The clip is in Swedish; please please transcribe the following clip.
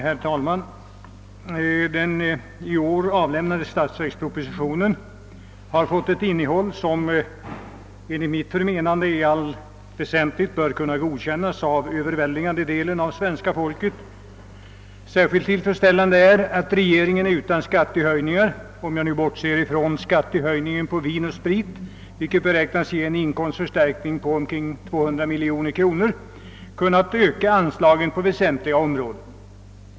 Herr talman! Årets statsverksproposition har fått ett innehåll som enligt mitt förmenande i allt väsentligt bör kunna godkännas av den överväldigande delen av svenska folket. Särskilt tillfredsställande är att regeringen utan skattehöjningar — om jag bortser från den föreslagna skattehöjningen på vin och sprit, vilken beräknas ge en inkomstförstärkning på omkring 200 miljoner kronor — ansett sig kunna öka anslagen på väsentliga områden.